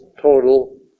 total